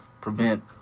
prevent